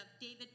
David